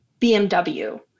BMW